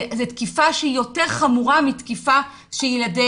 זו תקיפה שהיא יותר חמורה מתקיפה שהיא על ידי